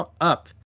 up